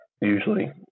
usually